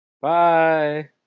bye